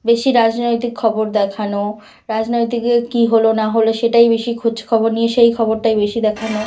বেশি রাজনৈতিক খবর দেখানো রাজনৈতিকের কি হল না হল সেটাই বেশি খোঁচ খবর নিয়ে সেই খবরটাই বেশি দেখানো